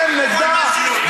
אתם נגדה,